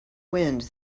wind